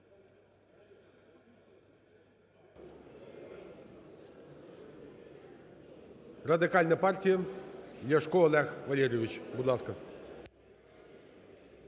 Радикальна партія, Ляшко Олег Валерійович. Будь ласка.